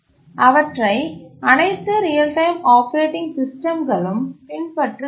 அவற்றை அனைத்து real time operating சிஸ்டம்களும் பின்பற்றுகின்றன